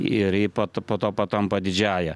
ir ji pat po to patampa didžiąja